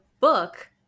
book